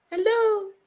Hello